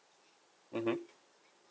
mmhmm